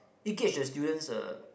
it gauge the student's uh